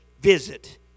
visit